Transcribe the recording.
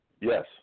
Yes